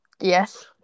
Yes